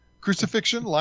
Crucifixion